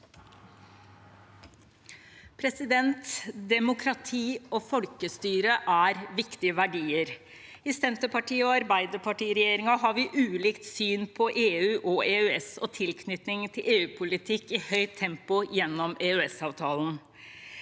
Demokrati og folkestyre er viktige verdier. I Senterparti–Arbeiderparti-regjeringen har vi ulikt syn på EU, EØS og tilknytning til EU-politikk i høyt tempo gjennom EØS-avtalen.